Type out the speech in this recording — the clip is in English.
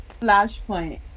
Flashpoint